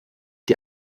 die